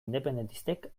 independentistek